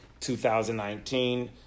2019